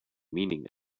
meaning